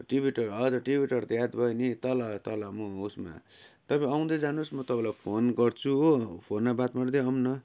TV tower हजुर TV tower त याद भयो नि तल तल म उसमा तपाईँ आउँदै जानुहोस् न म तपाईँलाई फोन गर्छु हो फोनमा बात गर्दै आउँ न